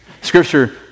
Scripture